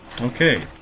Okay